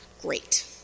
Great